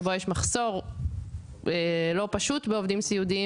שבו יש מחסור לא פשוט בעובדים סיעודיים